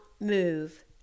move